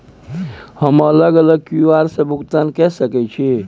हम अलग अलग क्यू.आर से भुगतान कय सके छि?